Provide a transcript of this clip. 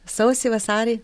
sausį vasarį